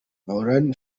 marouane